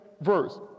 verse